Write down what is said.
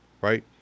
right